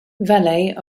valet